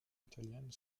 italienne